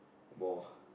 more